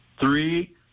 Three